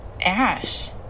ash